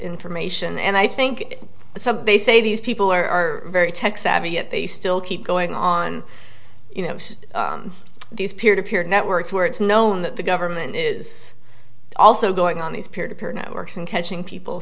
information and i think it's a base a these people are very tech savvy yet they still keep going on you know these peer to peer networks where it's known that the government is also going on these peer to peer networks and catching people